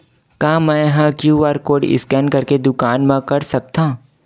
का मैं ह क्यू.आर कोड स्कैन करके दुकान मा कर सकथव?